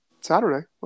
Saturday